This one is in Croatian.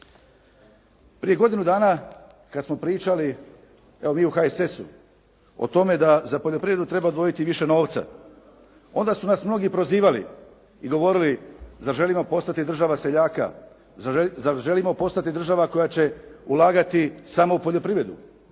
Prije godinu dana, kad smo pričali evo mi u HSS-uo tome da za poljoprivredu treba odvojiti više novca, onda su nas mnogi prozivali i govorili zar želimo postati država seljaka, zar želimo postati država koja će ulagati samo u poljoprivredu.